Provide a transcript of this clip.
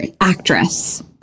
actress